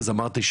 אמרתי,